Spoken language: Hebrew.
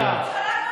קורונה.